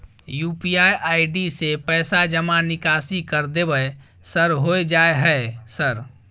UPI ID से पैसा जमा निकासी कर देबै सर होय जाय है सर?